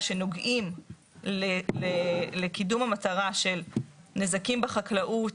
שנוגעים לקידום המטרה של נזקים בחקלאות,